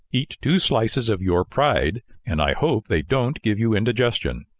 eat two slices of your pride and i hope they don't give you indigestion.